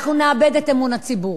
אנחנו נאבד את אמון הציבור.